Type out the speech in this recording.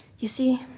you see,